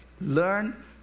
learn